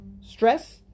stress